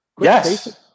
Yes